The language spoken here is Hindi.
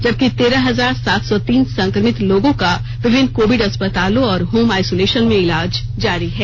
जबकि तेरह हजार सात सौ तीन संक्रमित लोगों का विभिन्न कोविड अस्पतालों और होम आइसोलेशन में इलाज जारी है